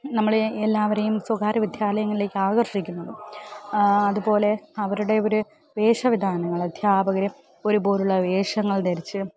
നമ്മളെ എല്ലാവരെയും സ്വകാര്യ വിദ്യാലയങ്ങളിലേക്ക് ആകർഷിക്കുന്നത് അതുപോലെ അവരുടെ ഒരു വേഷവിധാനങ്ങൾ അധ്യാപകർ ഒരുപോലെയുള്ള വേഷങ്ങൾ ധരിച്ചു